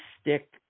stick